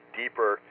deeper